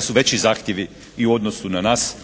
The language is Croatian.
su veći zahtjevi i u odnosu na nas